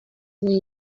when